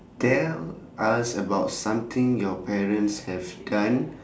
tell us about something your parents have done